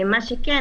מה שכן,